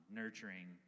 nurturing